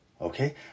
Okay